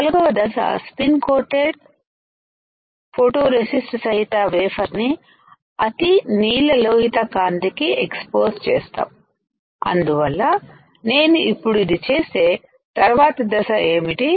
నాలుగవ దశ spin coated photoresist సహిత వేఫర్ని అతినీలలోహిత కాంతికి ఎక్సపోజ్ చేస్తాం అందువల్ల నేను ఇప్పుడు ఇది చేస్తే తర్వాత దశ ఏంటి